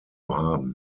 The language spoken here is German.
haben